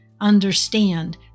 understand